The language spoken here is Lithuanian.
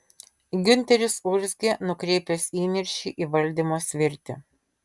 giunteris urzgė nukreipęs įniršį į valdymo svirtį